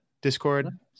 Discord